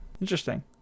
Interesting